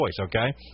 okay